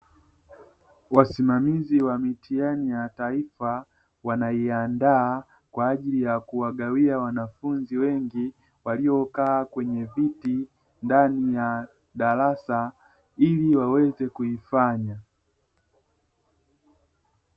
Wasimamizi wa mitihani ya taifa wanaiandaa kwa ajili ya kuwagawia wanafunzi wengi waliokaa kwenye viti ndani ya darasa ili waweze kaifanya.